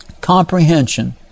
comprehension